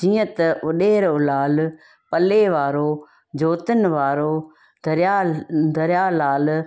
जीअं त उॾेरोलाल पले वारो ज्योतिन वारो दरिया दरिया लालु